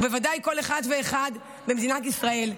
ובוודאי כל אחד ואחד במדינת ישראל.